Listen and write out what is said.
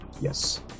Yes